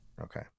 okay